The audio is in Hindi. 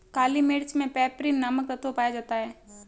काली मिर्च मे पैपरीन नामक तत्व पाया जाता है